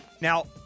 Now